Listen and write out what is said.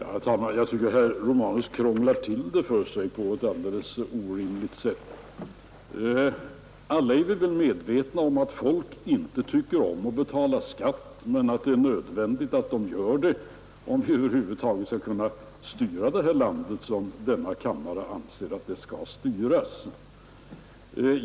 Herr talman! Jag tycker att herr Romanus krånglar till det för sig på ett alldeles orimligt sätt. Alla är vi väl medvetna om att folk inte tycker om att betala skatt men att det är nödvändigt att de gör det, om vi över huvud taget skall kunna styra vårt land som kammaren anser att det skall styras.